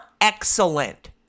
excellent